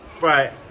right